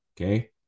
Okay